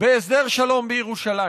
בהסדר שלום בירושלים,